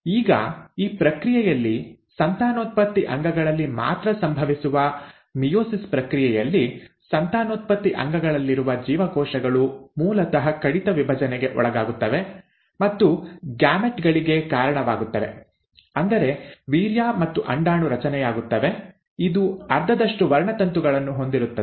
ಈಗ ಈ ಪ್ರಕ್ರಿಯೆಯಲ್ಲಿ ಸಂತಾನೋತ್ಪತ್ತಿ ಅಂಗಗಳಲ್ಲಿ ಮಾತ್ರ ಸಂಭವಿಸುವ ಮಿಯೋಸಿಸ್ ಪ್ರಕ್ರಿಯೆಯಲ್ಲಿ ಸಂತಾನೋತ್ಪತ್ತಿ ಅಂಗಗಳಲ್ಲಿರುವ ಜೀವಕೋಶಗಳು ಮೂಲತಃ ಕಡಿತ ವಿಭಜನೆಗೆ ಒಳಗಾಗುತ್ತವೆ ಮತ್ತು ಗ್ಯಾಮೆಟ್ ಗಳಿಗೆ ಕಾರಣವಾಗುತ್ತವೆ ಅಂದರೆ ವೀರ್ಯ ಮತ್ತು ಅಂಡಾಣು ರಚನೆಯಾಗುತ್ತವೆ ಇದು ಅರ್ಧದಷ್ಟು ವರ್ಣತಂತುಗಳನ್ನು ಹೊಂದಿರುತ್ತದೆ